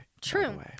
True